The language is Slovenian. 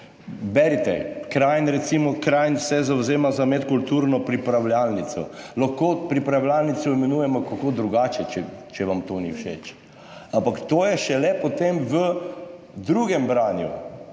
Berite, Kranj se zavzema za medkulturno pripravljalnico. Lahko pripravljalnico imenujemo kako drugače, če vam to ni všeč, ampak to je šele potem v drugem branju.